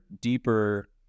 deeper